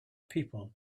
people